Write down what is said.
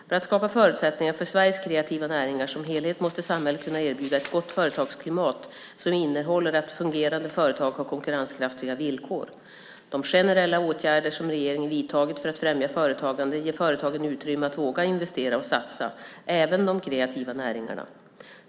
För att skapa förutsättningar för Sveriges kreativa näringar som helhet måste samhället kunna erbjuda ett gott företagsklimat som innebär att fungerande företag har konkurrenskraftiga villkor. De generella åtgärder som regeringen vidtagit för att främja företagande ger företagen utrymme att våga investera och satsa - även de kreativa näringarna.